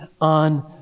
on